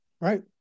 right